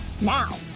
Now